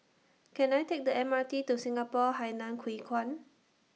Can I Take The M R T to Singapore Hainan Hwee Kuan